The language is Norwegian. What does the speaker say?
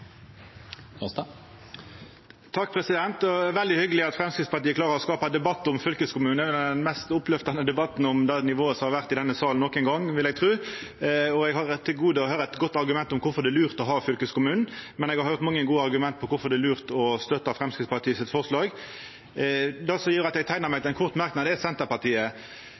veldig hyggeleg at Framstegspartiet klarar å skapa debatt om fylkeskommunen. Det er den mest oppløftande debatten som har vore om det nivået i denne salen nokon gong, vil eg tru. Eg har til gode å høyra eit godt argument for korfor det er lurt å ha fylkeskommunen, men eg har høyrt mange gode argument for korfor det er lurt å støtta Framstegspartiets forslag. Det som gjer at eg teikna meg til ein kort merknad, er Senterpartiet,